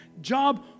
Job